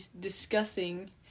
discussing